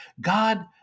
God